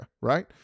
right